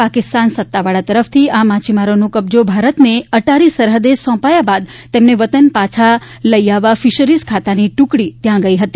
પાકિસ્તાન સત્તાવાળા તરફથી આ માછીમારોનો કબજો ભારતને અટારી સરહદે સોંપાયા બાદ તેમને વતન પાછા લઈ આવવા ફીશરીઝ ખાતાની ટૂકડી ત્યાં ગઈ હતી